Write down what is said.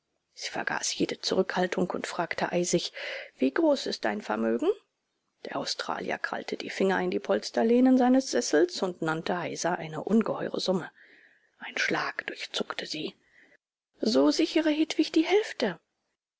sie vergaß jede zurückhaltung und fragte eisig wie groß ist dein vermögen der australier krallte die finger in die polsterlehnen seines sessels und nannte heiser eine ungeheure summe ein schlag durchzuckte sie so sichere hedwig die hälfte